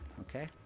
Okay